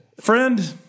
friend